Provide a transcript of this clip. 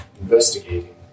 investigating